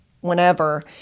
whenever